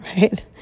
right